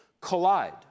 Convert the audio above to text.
collide